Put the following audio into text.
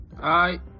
Hi